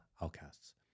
outcasts